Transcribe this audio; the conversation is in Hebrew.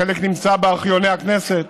חלק נמצא בארכיוני הכנסת.